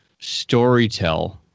storytell